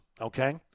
okay